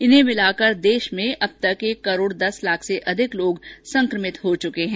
इन्हें मिलाकर अब तक एक करोड़ दस लाख से अधिक लोग संक्रमित हो चुके हैं